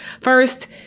first